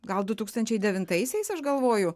gal du tūkstančiai devintaisiais aš galvoju